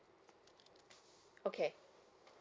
okay